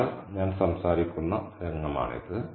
അതിനാൽ ഞാൻ സംസാരിക്കുന്ന രംഗമാണിത്